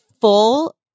full